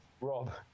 Rob